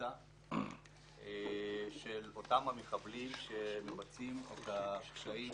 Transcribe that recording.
במיתה של אותם מחבלים שמבצעים את הפשעים